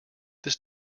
this